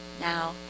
now